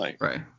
Right